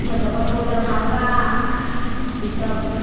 मुजफ्फरपुर दरभङ्गा ई सब